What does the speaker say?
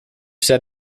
said